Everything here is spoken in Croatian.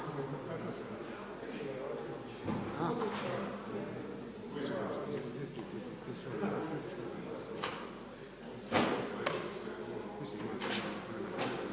Hvala vam